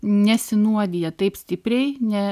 nesinuodija taip stipriai ne